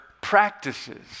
practices